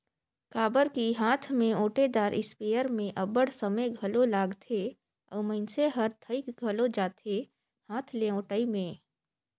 काबर कि हांथ में ओंटेदार इस्पेयर में अब्बड़ समे घलो लागथे अउ मइनसे हर थइक घलो जाथे हांथ ले ओंटई में